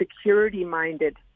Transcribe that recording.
security-minded